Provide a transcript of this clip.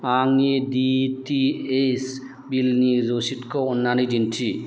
आंनि D T H बिलनि रसिदखौ अन्नानै दिन्थि